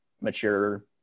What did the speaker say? mature